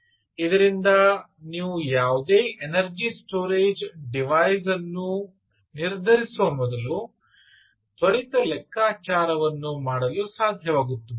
ಇದರಿಂದ ನೀವು ಯಾವುದೇ ಎನರ್ಜಿ ಸ್ಟೋರೇಜ್ ಡಿವೈಸ್ ವನ್ನು ನಿರ್ಧರಿಸುವ ಮೊದಲು ತ್ವರಿತ ಲೆಕ್ಕಾಚಾರವನ್ನು ಮಾಡಲು ಸಾಧ್ಯವಾಗುತ್ತದೆ